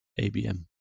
ABM